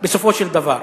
בסופו של דבר.